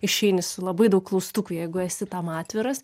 išeini su labai daug klaustukų jeigu esi tam atviras